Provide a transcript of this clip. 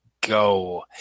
go